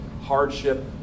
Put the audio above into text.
hardship